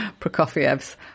Prokofiev's